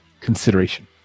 consideration